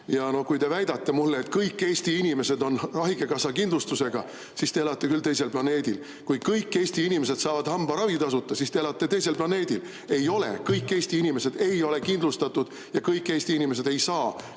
No kui te väidate mulle, et kõik Eesti inimesed on haigekassa kindlustusega, siis te elate küll teisel planeedil. Kui te arvate, et kõik Eesti inimesed saavad hambaravi tasuta, siis te elate teisel planeedil. Ei ole nii. Kõik Eesti inimesed ei ole kindlustatud ja kõik Eesti inimesed ei saa